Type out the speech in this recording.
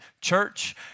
church